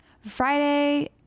Friday